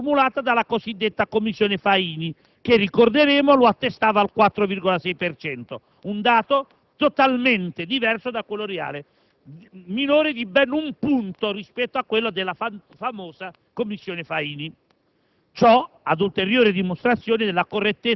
di cui ho discusso poco fa) a quello formulato dalla cosiddetta commissione Faini, che, ricorderemo, lo attestava al 4,6 per cento: un dato totalmente diverso da quello reale, minore di ben un punto rispetto a quello della famosa commissione Faini.